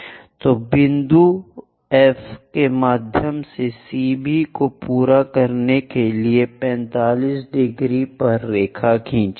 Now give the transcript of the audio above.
तो F बिंदु के माध्यम से CB को पूरा करने के लिए 45 ° पर रेखा खींचें